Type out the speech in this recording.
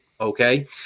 okay